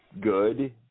good